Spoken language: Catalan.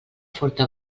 forta